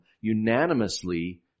unanimously